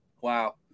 wow